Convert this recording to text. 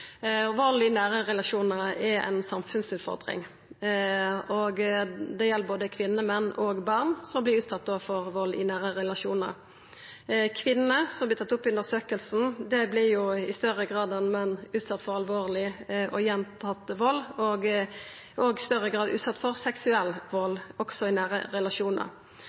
Vald i nære relasjonar er ei samfunnsutfordring, og det gjeld både kvinner, menn og barn som vert utsette for vald i nære relasjonar. Kvinner – det vart tatt opp i undersøkinga – vert i større grad enn menn utsette for alvorleg og gjentatt vald, og dei vert òg i større grad utsette for seksuell vald, også i nære relasjonar.